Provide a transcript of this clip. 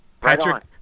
Patrick